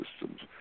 systems